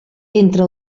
entre